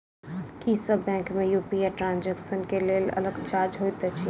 की सब बैंक मे UPI transaction केँ लेल अलग चार्ज होइत अछि?